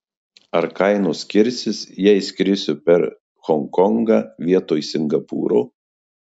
ar kainos skirsis jei skrisiu per honkongą vietoj singapūro